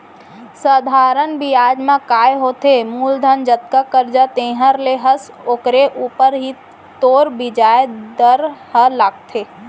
सधारन बियाज म काय होथे मूलधन जतका करजा तैंहर ले हस ओकरे ऊपर ही तोर बियाज दर ह लागथे